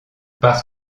parce